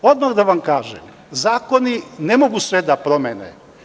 Odmah da vam kažem, zakoni ne mogu sve da promene.